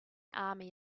army